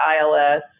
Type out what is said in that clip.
ILS